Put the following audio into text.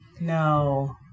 No